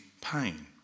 pain